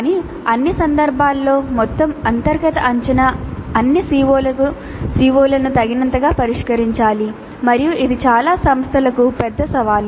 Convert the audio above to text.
కానీ అన్ని సందర్భాల్లో మొత్తం అంతర్గత అంచనా అన్ని CO లను తగినంతగా పరిష్కరించాలి మరియు ఇది చాలా సంస్థలకు పెద్ద సవాలు